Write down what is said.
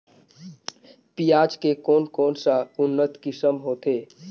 पियाज के कोन कोन सा उन्नत किसम होथे?